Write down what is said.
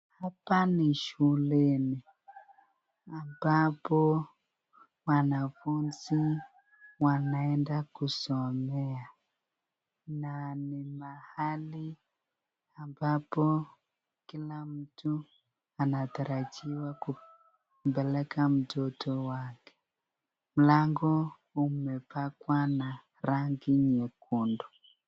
Hapa ni shuleni ambapo wanafunzi wanaenda kusomea na ni mahali ambapo kila mtu anatarajiwa kupeleka mtoto wake. Mlango umepakwa na rangi nyekundu.